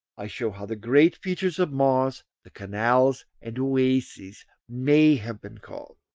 i show how the great features of mars the canals and oases' may have been caused.